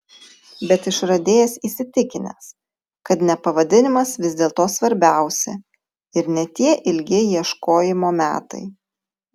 bet išradėjas įsitikinęs kad ne pavadinimas vis dėlto svarbiausia ir ne tie ilgi ieškojimo metai